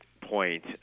point